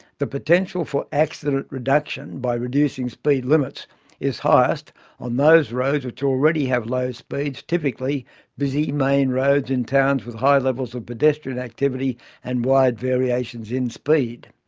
the potential for accident reduction by reducing speed limits is highest on those roads which already have low speeds, typically busy main roads in towns with high levels of pedestrian activity and wide variations in speed.